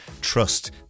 Trust